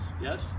yes